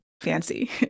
fancy